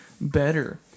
better